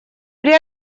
при